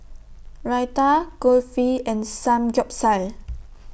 Raita Kulfi and Samgyeopsal